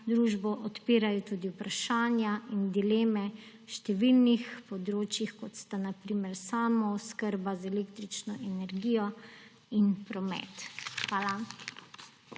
družbo odpirajo tudi vprašanja in dileme na številnih področjih, kot sta na primer samooskrba z električno energijo in promet. Hvala.